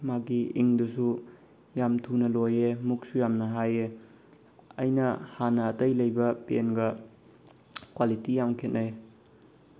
ꯃꯥꯒꯤ ꯏꯪꯗꯨꯁꯨ ꯌꯥꯝ ꯊꯨꯅ ꯂꯣꯏ ꯃꯨꯛꯁꯨ ꯌꯥꯝ ꯍꯥꯏ ꯑꯩꯅ ꯍꯥꯟꯅ ꯑꯇꯩ ꯂꯩꯕ ꯄꯦꯟꯒ ꯀ꯭ꯋꯥꯂꯤꯇꯤ ꯌꯥꯝ ꯈꯦꯅꯩ